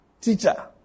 teacher